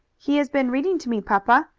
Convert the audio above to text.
he has been reading to me, papa.